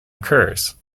occurs